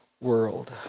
world